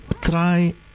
try